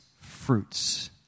fruits